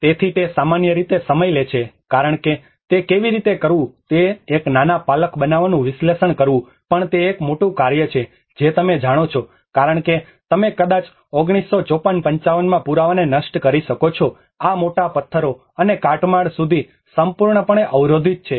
તેથી તે સામાન્ય રીતે સમય લે છે કારણ કે તે કેવી રીતે કરવું તે એક નાના પાલખ બનાવવાનું વિશ્લેષણ કરવું પણ તે એક મોટું કાર્ય છે જે તમે જાણો છો કારણ કે તમે કદાચ 1954 55 માં પુરાવાને નષ્ટ કરી શકો છો આ મોટા પથ્થરો અને કાટમાળ સુધી સંપૂર્ણપણે અવરોધિત છે